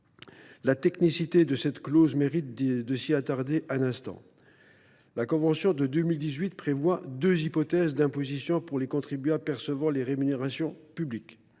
La technicité de cette clause mérite de s’y attarder un instant. La convention de 2018 prévoit deux hypothèses d’imposition pour les contribuables percevant des rémunérations publiques.